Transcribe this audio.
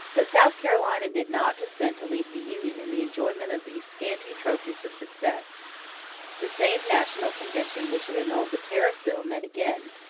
but south carolina did not consent to leave the union in the enjoyment of these scanty trophies of success the same national convention which had annulled the tariff bill, met again,